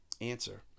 Answer